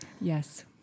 Yes